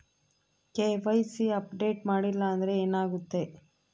KYC update ಮಾಡಿಲ್ಲ ಅಂದ್ರೆ ಏನಾಗುತ್ತೆ?